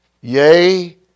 yea